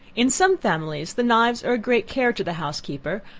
in some families the knives are a great care to the housekeeper,